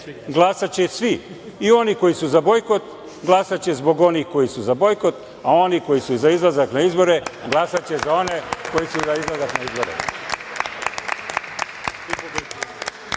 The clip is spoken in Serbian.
glasaće svi, i oni koji su za bojkot glasaće zbog onih koji su za bojkot, a oni koji su za izlazak na izbore glasaće za one koji su za izlazak na izbore. Jasno